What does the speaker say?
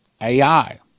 AI